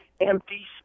empty